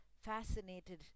fascinated